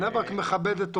בני ברק מכבדת אורחים.